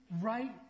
right